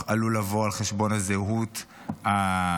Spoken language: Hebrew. עלול לבוא על חשבון הזהות האינדיווידואלית,